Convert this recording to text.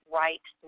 right